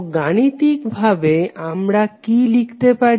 তো গাণিতিক ভাবে আমরা কি লিখতে পারি